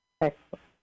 Excellent